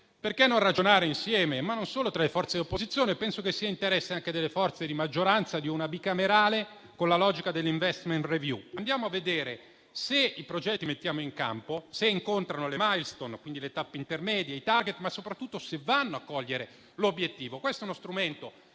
Perché non ragionare insieme, non solo tra le forze di opposizione, visto che penso sia interesse anche delle forze di maggioranza, di una Commissione bicamerale con la logica dell'*investment review*? Andiamo a vedere se i progetti che mettiamo in campo incontrano le *milestone*, quindi le tappe intermedie e i *target*, ma soprattutto se vanno a cogliere l'obiettivo. Questo è uno strumento